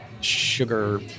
sugar